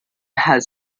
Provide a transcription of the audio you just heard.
has